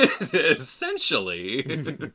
Essentially